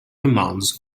commands